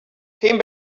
came